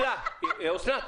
יש לקחת בחשבון אנשים שגרים בארץ,